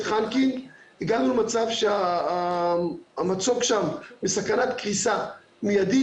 חנקין הגענו למצב שהמצוק שם בסכנת קריסה מיידית,